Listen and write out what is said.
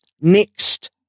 next